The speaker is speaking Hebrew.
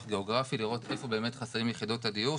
גיאוגרפי לראות שבאמת חסרות יחידות דיור,